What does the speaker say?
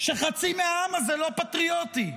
שחצי מהעם הזה לא פטריוטי.